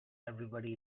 everybody